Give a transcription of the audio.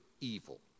evil